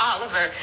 Oliver